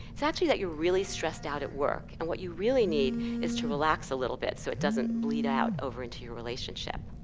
so actually you're really stressed out at work. and what you really need is to relax a little bit, so it doesn't bleed out over into your relationship.